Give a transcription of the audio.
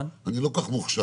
אני לא כל כך מוכשר.